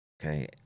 Okay